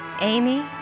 Amy